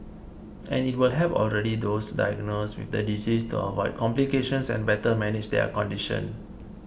and it will help already those diagnosed with the disease to avoid complications and better manage their condition